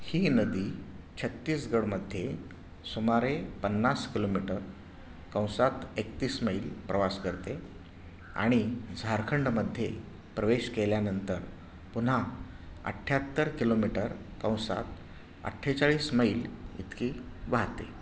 ही नदी छत्तीसगडमध्ये सुमारे पन्नास किलोमीटर कंसात एकतीस मैल प्रवास करते आणि झारखंडमध्ये प्रवेश केल्यानंतर पुन्हा अठ्ठ्याहत्तर किलोमीटर कंसात अठ्ठेचाळीस मैल इतकी वाहते